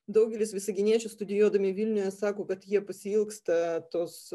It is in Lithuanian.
daugelis visaginiečių studijuodami vilniuje sako kad jie pasiilgsta tos